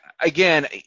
again